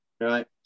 right